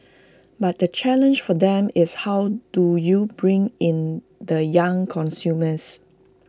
but the challenge for them is how do you bring in the young consumers